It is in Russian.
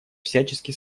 всячески